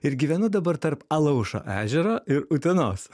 ir gyvenu dabar tarp alaušo ežero ir utenos